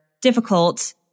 difficult